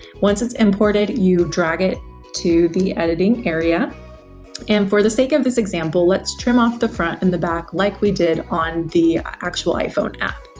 once it's imported, you drag it to the editing area and for the sake of this example, let's trim off the front and the back, like we did on the actual iphone app.